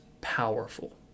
powerful